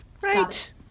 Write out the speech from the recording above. Right